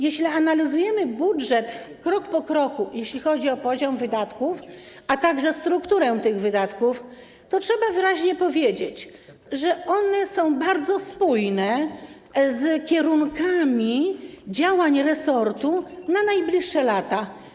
Jeśli analizujemy budżet krok po kroku, jeśli chodzi o poziom wydatków, a także strukturę tych wydatków, to trzeba wyraźnie powiedzieć, że one są bardzo spójne z kierunkami działań resortu na najbliższe lata.